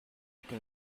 can